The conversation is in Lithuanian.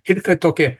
ir kad tokia